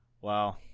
Wow